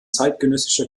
zeitgenössischer